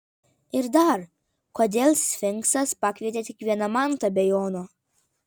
ir dar kodėl sfinksas pakvietė tik vieną mantą be jono